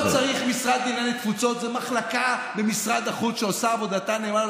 לא צריך במדינת ישראל, אבל אתה ממציא מספרים.